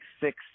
six